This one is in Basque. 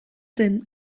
zen